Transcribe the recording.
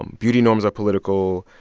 um beauty norms are political.